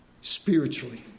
spiritually